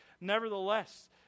Nevertheless